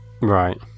right